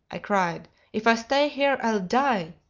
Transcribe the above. i cried. if i stay here i'll die!